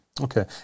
Okay